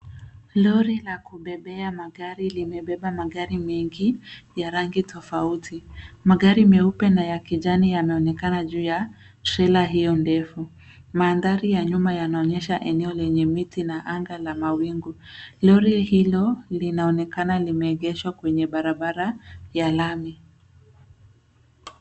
Lori la kubebea magari limebeba magari mengi ya rangi tofauti. Magari meupe na ya kijani yanaonekana juu ya trela hiyo ndefu. Mandhari ya nyuma yanaonyesha eneo lenye miti na anga la mawingu. Lori hilo linaonekana limeegeshwa kwenye barabara ya lami.